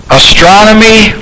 astronomy